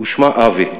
ושמה "עוול".